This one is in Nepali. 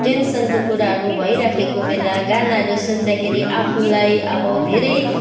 टेन्सनको कुराहरू भइराखेको बेला गानाहरू सुन्दाखेरि आफूलाई अब धेरै